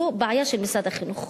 זו בעיה של משרד החינוך.